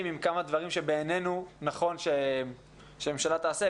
עם כמה דברים שבעינינו נכון שהממשלה תעשה.